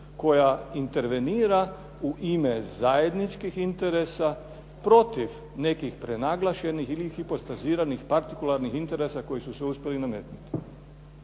koja intervenira u ime zajedničkih interesa protiv nekih prenaglašenih ili hipostaziranih partikularnih interesa koji su se uspjeli nametnuti.